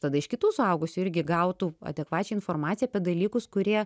tada iš kitų suaugusių irgi gautų adekvačią informaciją apie dalykus kurie